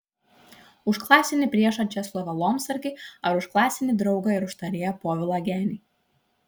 už klasinį priešą česlovą lomsargį ar už klasinį draugą ir užtarėją povilą genį